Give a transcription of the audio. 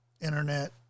internet